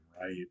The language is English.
right